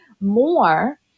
more